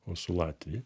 o su latvija